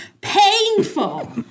Painful